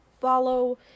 follow